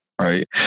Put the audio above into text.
right